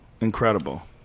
Incredible